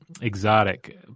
exotic